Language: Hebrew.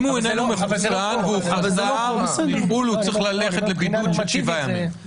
אם הוא איננו מחוסן והוא חזר מחו"ל הוא צריך ללכת לבידוד של שבעה ימים.